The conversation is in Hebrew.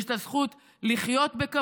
יש את הזכות לחיות בכבוד,